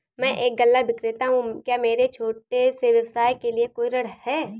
मैं एक गल्ला विक्रेता हूँ क्या मेरे छोटे से व्यवसाय के लिए कोई ऋण है?